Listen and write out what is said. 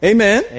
Amen